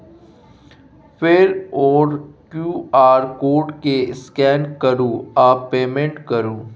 फेर ओ QR code केँ स्कैन करु आ पेमेंट करु